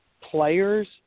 players